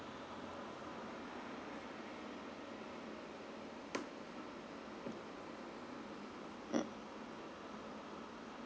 mm